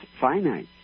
finite